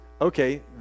Okay